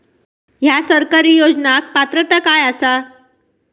हया सरकारी योजनाक पात्रता काय आसा?